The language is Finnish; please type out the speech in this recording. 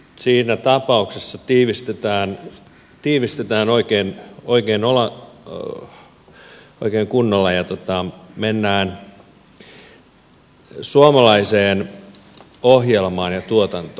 siinä tapauksessa tiivistetään oikein kunnolla ja mennään suomalaiseen ohjelmaan ja tuotantoon